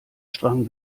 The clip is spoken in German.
strang